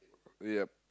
yup